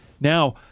Now